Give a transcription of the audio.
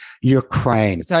ukraine